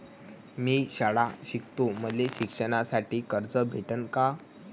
मी शाळा शिकतो, मले शिकासाठी कर्ज भेटन का?